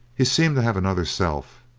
he seemed to have another self,